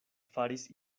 faris